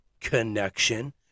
connection